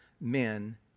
men